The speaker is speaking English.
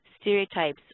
stereotypes